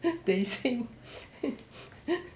they sing